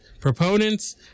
Proponents